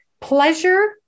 pleasure